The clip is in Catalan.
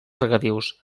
regadius